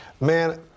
man